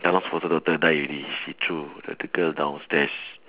thanos foster daughter die already he threw the the girl downstairs